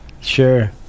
Sure